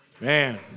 Man